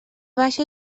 baixa